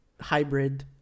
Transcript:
hybrid